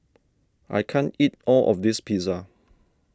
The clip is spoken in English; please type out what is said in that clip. I can't eat all of this Pizza